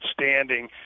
standing